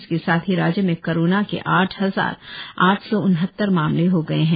इसके साथ ही राज्य में कोरोना के आठ हजार आठ सौ उनहत्तर मामले हो गए है